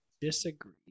Disagree